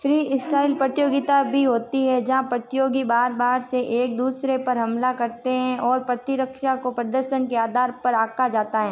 freestyle प्रतियोगिता भी होती हैं जहाँ प्रतियोगी बार बार से एक दूसरे पर हमला करते हैं और प्रतिरक्षा को प्रदर्शन के आधार पर आँका जाता है